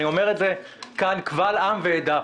אני אומר את זה כאן קבל עם ועדה.